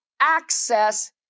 access